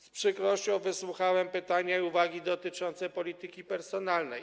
Z przykrością wysłuchałem pytań i uwag dotyczących polityki personalnej.